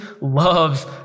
loves